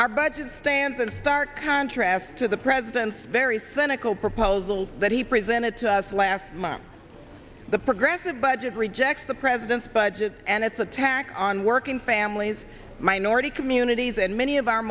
our budget stands in stark contrast to the president's very cynical proposals that he presented to us last month the progressive budget rejects the president's budget and it's a tax on working families minority communities and many of our